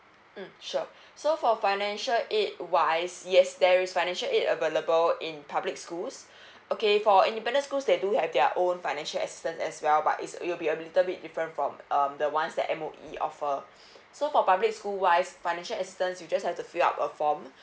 mm sure so for financial aid wise yes there is financial aid available in public schools okay for independent schools they do have their own financial assistance as well but it's it will be a little bit different from um the one that M_O_E offer so for public school wise financial assistance you just have to fill up a form